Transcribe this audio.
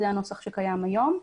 זה הנוסח שקיים היום.